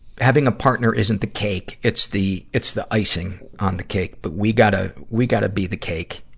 having a partner isn't the cake it's the, it's the icing on the cake. but we gotta, we gotta be the cake.